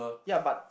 ya but